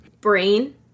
Brain